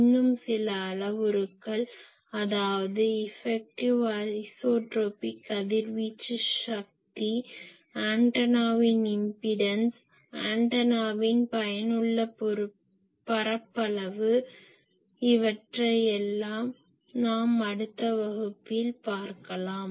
இன்னும் சில அளவுருக்கள் அதாவது இஃபெக்டிவ் ஐசோட்ரோபிக் கதிர்வீச்சு சக்தி ஆன்டனாவின் இம்பிடென்ஸ் ஆண்டனாவின் பயனுள்ள பரப்பளவு இவற்றை எல்லாம் நாம் அடுத்த வகுப்பில் பார்க்கலாம்